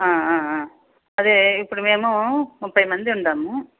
అదే ఇప్పుడు మేము ముప్పై మంది ఉన్నాము